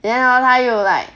then hor 她又 like